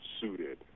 suited